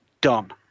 done